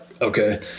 Okay